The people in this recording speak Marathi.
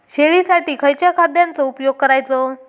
शेळीसाठी खयच्या खाद्यांचो उपयोग करायचो?